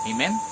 Amen